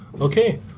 okay